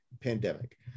pandemic